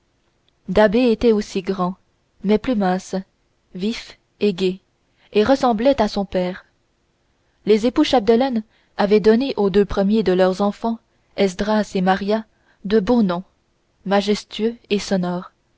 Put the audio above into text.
da'bé était aussi grand mais plus mince vif et gai et ressemblait à son père les époux chapdelaine avaient donné aux deux premiers de leurs enfants esdras et maria de beaux noms majestueux et sonores